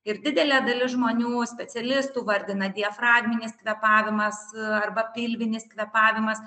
ir didelė dalis žmonių specialistų vardina diafragminis kvėpavimas arba pilvinis kvėpavimas